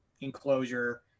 Enclosure